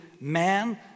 man